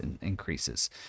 increases